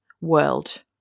world